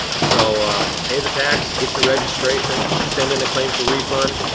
so ah pay the tax, get your registration, send in a claim for refund.